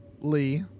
Lee